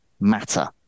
matter